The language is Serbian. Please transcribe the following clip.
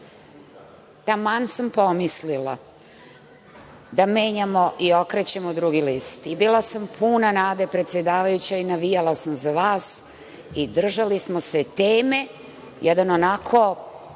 sam pomislila da menjamo i okrećemo drugi list i bila sam puna nade predsedavajuća, navijala sam za vas i držali smo se teme, jedan onako